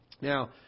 Now